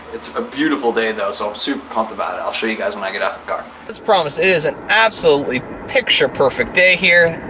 it's a beautiful day, though, so i'm super pumped about it. i'll show you guys when i get out to the car. as promised, it is an absolutely picture perfect day here.